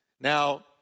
Now